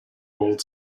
old